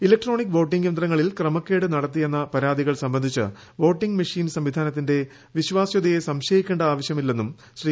electronic voting യന്ത്രങ്ങളിൽ ക്രമക്കേട് നടത്തിയെന്ന പരാതികൾ സംബന്ധിച്ച് വോട്ടിംഗ് മെഷീൻ സംവിധാനത്തിന്റെ വിശ്വാസതയെ സംശയിക്കേണ്ട ആവശ്യമില്ലെന്നും ശ്രീ